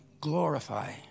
glorify